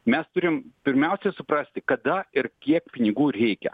mes turim pirmiausia suprasti kada ir kiek pinigų reikia